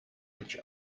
each